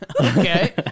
Okay